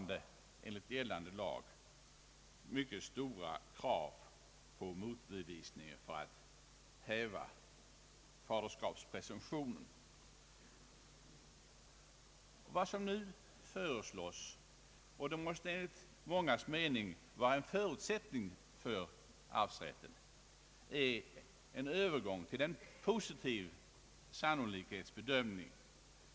Det ställs fortfarande mycket stora krav på motbevisning för att enligt gällande lag kunna häva faderskapspresumtionen. Vad som nu i denna del fö reslås i propositionen — vilket enligt mångas mening måste vara en förutsättning för arvsrätten — är en övergång till en positiv sannolikhetsbedömning.